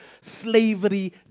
slavery